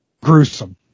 Gruesome